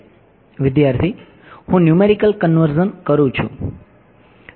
વિદ્યાર્થી હું numerical conversion કરું છું